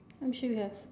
I'm sure you have